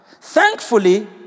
Thankfully